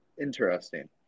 Interesting